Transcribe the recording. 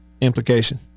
implication